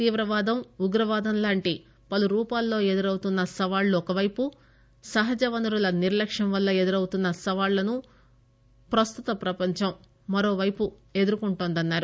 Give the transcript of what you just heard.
తీవ్రవాదం ఉగ్రవాదంలాంటి పలు రూపాల్లో ఎదురవుతున్న సవాళ్లు ఒకపైపు సహజనవరుల నిర్లక్క్యం వల్ల ఎదురవుతున్న సవాళ్లను ప్రస్తుత ప్రపంచం ఎదుర్కొంటోందని అన్నారు